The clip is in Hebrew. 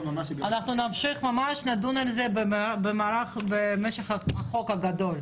נמשיך ונדון על זה במשך החוק הגדול.